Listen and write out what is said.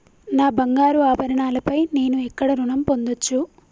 నా బంగారు ఆభరణాలపై నేను ఎక్కడ రుణం పొందచ్చు?